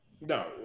No